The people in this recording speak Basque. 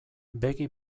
begi